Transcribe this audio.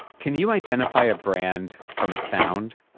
can you identify a brand from a sound?